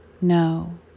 no